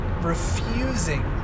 refusing